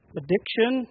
addiction